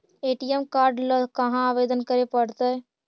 ATM card ल कहा आवेदन करे पड़तै?